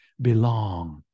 belong